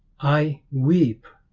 i weep